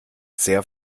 sehr